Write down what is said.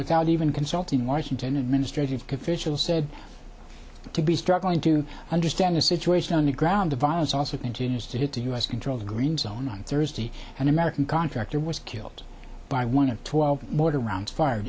without even consulting washington administrative could fishel said to be struggling to understand the situation on the ground the violence also continues to hit the u s controlled green zone on thursday an american contractor was killed by one of twelve mortar rounds fired